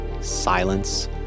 silence